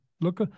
Look